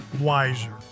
wiser